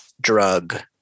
drug